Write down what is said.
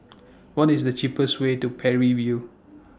What IS The cheapest Way to Parry View